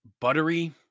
buttery